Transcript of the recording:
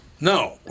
No